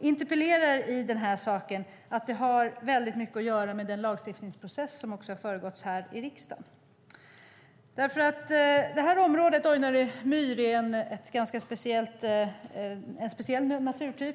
interpellerar i den här saken. Jag tycker att det har väldigt mycket att göra med den lagstiftningsprocess som har föregått här i riksdagen. Det här området, Ojnare myr, är en speciell naturtyp.